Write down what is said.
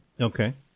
Okay